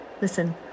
Listen